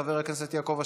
חבר הכנסת יעקב אשר,